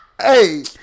hey